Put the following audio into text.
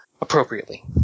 appropriately